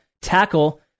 tackle